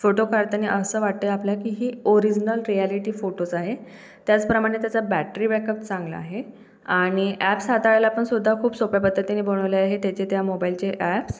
photo काढतानी असं वाटे आपल्या की ही ओरिजिनल रिॲलिटी फोटोज आहेत त्याचप्रमाणे त्याच बॅटरी बॅकअप चांगला आहे आणि ॲप्स हाताळायला पण सुद्धा खूप सोप्या पद्धतीने बनवले आहेत त्याचे त्या मोबाईलचे ॲप्स